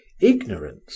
Ignorance